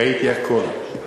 ראיתי הכול.